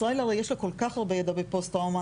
ישראל, הרי, יש לה כל כך הרבה ידע בפוסט טראומה.